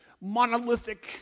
monolithic